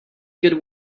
good